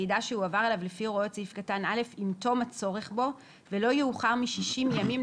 כאמור בפסקה (1) ולא יעשה בו שימוש אלא